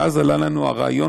ואז עלה לנו הרעיון,